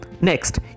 Next